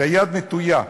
והיד נטויה.